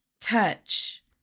touch